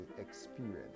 experience